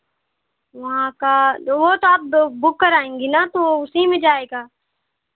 वहाँ का वह तो आप बु बुक कराएँगी ना तो उसी में जाएगा